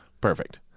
Perfect